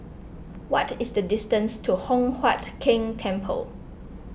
what is the distance to Hock Huat Keng Temple